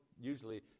usually